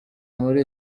muri